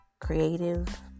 creative